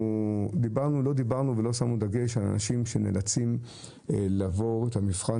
לא שמנו דגש על אנשים שנאלצים לעבור את המבחן